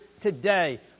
today